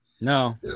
no